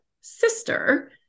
sister